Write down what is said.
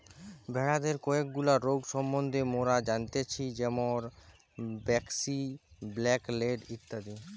ভেড়াদের কয়েকগুলা রোগ সম্বন্ধে মোরা জানতেচ্ছি যেরম ব্র্যাক্সি, ব্ল্যাক লেগ ইত্যাদি